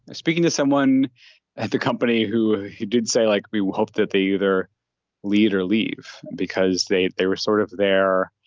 ah speaking to someone at the company who who did say, like, we hoped that they either lead or leave because they they were sort of there,